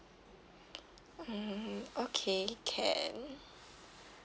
mm okay can